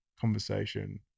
conversation